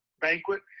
banquet